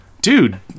dude